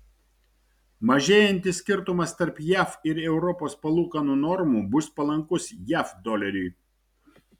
mažėjantis skirtumas tarp jav ir europos palūkanų normų bus palankus jav doleriui